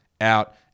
out